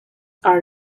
are